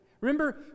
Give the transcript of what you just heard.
Remember